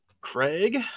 craig